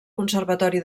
conservatori